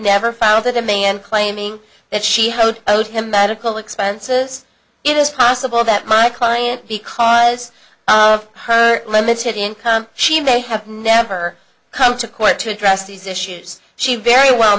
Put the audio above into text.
never found them and claiming that she had owed him medical expenses it is possible that my client because of her limited income she may have never come to court to address these issues she very well